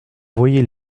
voyait